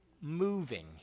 moving